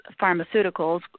pharmaceuticals